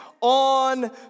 on